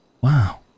Wow